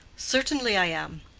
certainly i am.